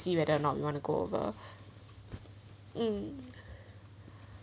see whether or not you want to go over um